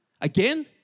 again